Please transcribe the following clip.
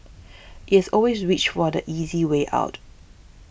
it has always reached for the easy way out